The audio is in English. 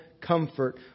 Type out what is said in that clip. comfort